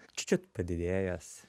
čiučiut padidėjęs